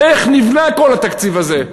איך נבנה כל התקציב הזה?